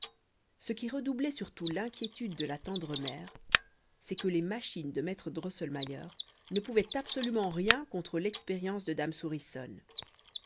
ce qui redoublait surtout l'inquiétude de la tendre mère c'est que les machines de maître drosselmayer ne pouvaient absolument rien contre l'expérience de dame